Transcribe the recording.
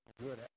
good